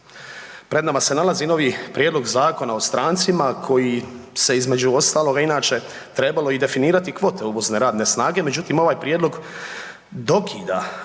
Pred nama se nalazi novi prijedlog Zakona o strancima kojim se između ostaloga inače trebalo i definirati kvote uvozne radne snage. Međutim, ovaj prijedlog dokida